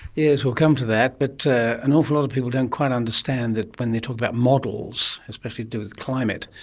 yes, we'll come to that, but an awful lot of people don't quite understand that when they talk about models, especially to do with climate,